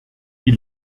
die